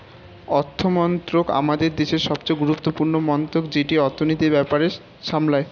অর্থমন্ত্রক আমাদের দেশের সবচেয়ে গুরুত্বপূর্ণ মন্ত্রক যেটি অর্থনীতির ব্যাপার সামলায়